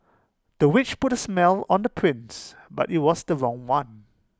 the witch put A smell on the prince but IT was the wrong one